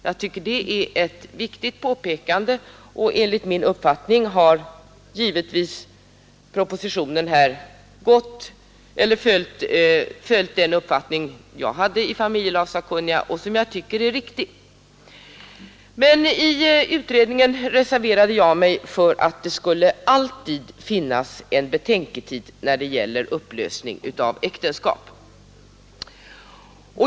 Jag tycker det är ett riktigt påpekande, och enligt min uppfattning har propositionen här följt den uppfattning som jag hade i familjelagssakkunniga och som jag tycker är riktig. Men i utredningen reserverade jag mig för att det alltid skulle finnas en betänketid inför upplösning av äktenskap.